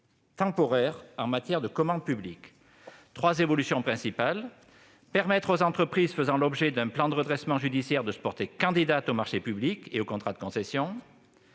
temporaires -en matière de commande publique. Trois évolutions principales sont envisagées : permettre aux entreprises faisant l'objet d'un plan de redressement judiciaire de se porter candidates aux marchés publics et aux contrats de concessions